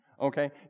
okay